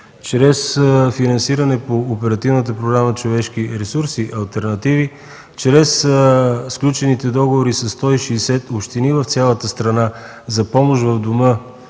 чрез финансиране по Оперативната програма „Човешки ресурси” – „Алтернативи”, чрез сключените договори със 160 общини в цялата страна за помощ в дома